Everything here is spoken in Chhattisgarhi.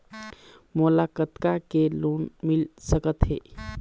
मोला कतका के लोन मिल सकत हे?